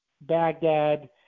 Baghdad